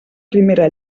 primera